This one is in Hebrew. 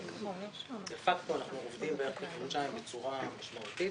לכן דה פקטו אנחנו עובדים בערך כחודשיים בצורה משמעותית.